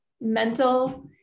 mental